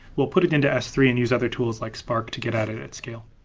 we'll put it into s three and use other tools like spark to get out of that scale.